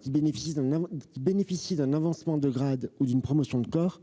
qui bénéficient d'un avancement de grade ou d'une promotion de corps,